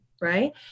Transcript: right